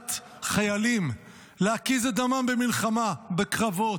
שולחת חיילים להקיז את דמם במלחמה, בקרבות,